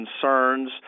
concerns